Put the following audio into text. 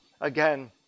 again